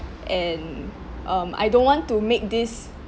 and um I don't want to make this